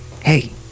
Hey